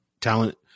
talent